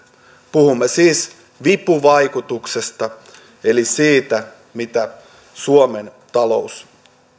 puhumme siis vipuvaikutuksesta eli siitä mitä suomen talous